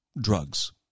drugs